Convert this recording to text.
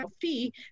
fee